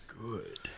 Good